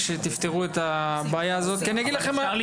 ונגמר".